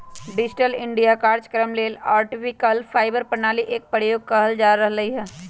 digital India काजक्रम लेल optical fibre प्रणाली एक प्रयोग कएल जा रहल हइ